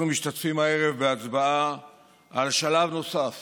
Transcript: אנחנו משתתפים הערב בהצבעה על שלב נוסף